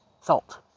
salt